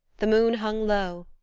the moon hung low,